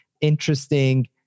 interesting